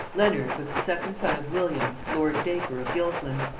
leonard was the second son of william lord dacre of gilsland,